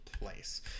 place